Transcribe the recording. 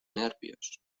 nervios